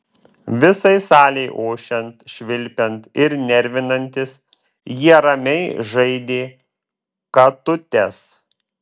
visai salei ošiant švilpiant ir nervinantis jie ramiai žaidė katutes